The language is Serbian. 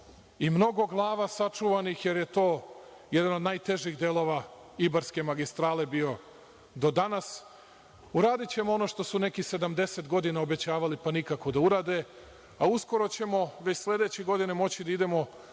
i mnogo glava sačuvanih, jer je to jedan od najtežih delova Ibarske magistrale bio do danas. Uradićemo ono što su neki obećavali 70 godina, pa nikako da urade, a uskoro ćemo, već sledeće godine moći da idemo